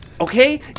Okay